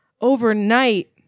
overnight